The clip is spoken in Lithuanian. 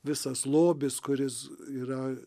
visas lobis kuris yra